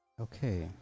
Okay